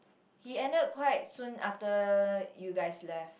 he ended quite soon after you guys left